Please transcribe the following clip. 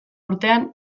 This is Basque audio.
urtean